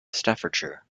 staffordshire